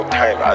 time